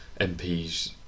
MPs